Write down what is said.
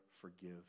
forgive